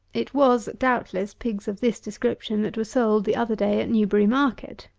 it was, doubtless, pigs of this description that were sold the other day at newbury market,